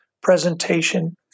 presentation